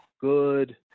good –